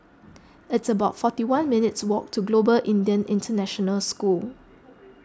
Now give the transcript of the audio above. it's about forty one minutes' walk to Global Indian International School